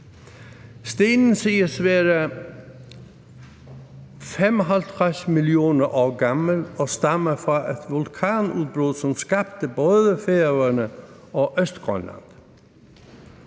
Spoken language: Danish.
Stenen siges at være 55 millioner år gammel og stammer fra et vulkanudbrud, som skabte både Færøerne og Østgrønland.